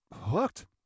hooked